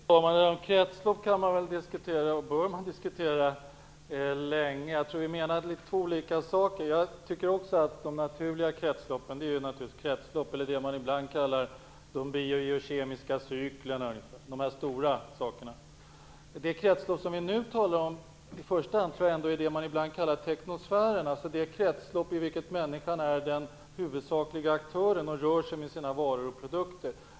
Fru talman! Frågan om kretslopp kan och bör man diskutera länge. Jag tror att vi menar två olika saker. De naturliga kretsloppen är naturligtvis de som ibland kallas för biogeokemiska cykler. Det är de stora kretsloppen. Det kretslopp som vi nu talar om i första hand tror jag är det man ibland kallar teknosfären, dvs. det kretslopp i vilket människan är den huvudsakliga aktören och rör sig med sina varor och produkter.